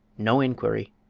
no inquiry,